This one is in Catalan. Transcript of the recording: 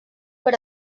per